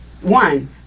One